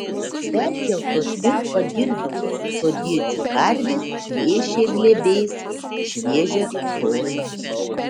perkeltos ir pagirdytos sodiečių karvės plėšė glėbiais šviežią žolę